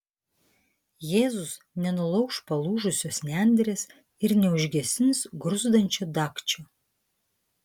jėzus nenulauš palūžusios nendrės ir neužgesins gruzdančio dagčio